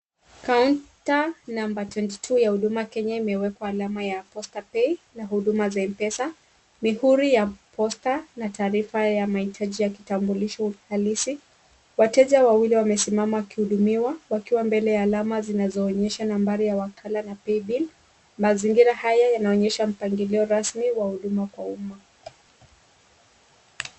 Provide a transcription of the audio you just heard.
Kaunta namba twenty two ya huduma imewekwa alama ya posta pay na huduma za M-pesa, mihuri ya posta na taarifa ya mahitaji ya kitambulisho halisi. Wateja wawili wamesimama wakihudumiwa wakiwa mbele ya alama zinazoonyesha nambari ya wakala na Paybill. Mazingira hayo yanaonyesha mpangilio rasmi wa huduma kwa umma.